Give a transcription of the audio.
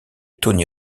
tony